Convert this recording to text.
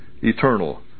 eternal